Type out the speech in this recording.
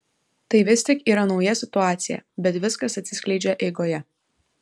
tai vis tik yra nauja situacija bet viskas atsiskleidžia eigoje